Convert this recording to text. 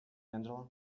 angela